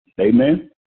Amen